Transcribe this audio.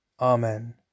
Amen